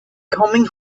coming